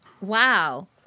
Wow